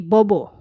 Bobo